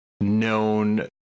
known